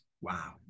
wow